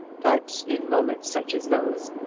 but in moments such as those,